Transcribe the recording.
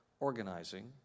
Organizing